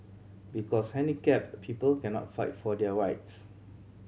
because handicapped people cannot fight for their rights